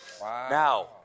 Now